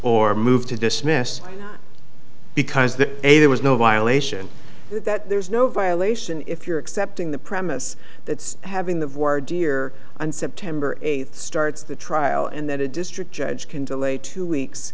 or move to dismiss because that a there was no violation that there's no violation if you're accepting the premise that having the word year on september eighth starts the trial and that a district judge can delay two weeks